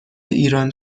ایران